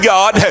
God